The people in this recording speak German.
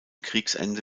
kriegsende